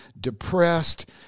depressed